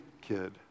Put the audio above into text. kid